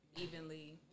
evenly